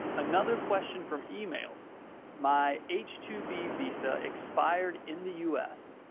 another question from email my h two b visa expired in the u s,